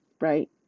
right